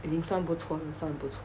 已经算不错了算不错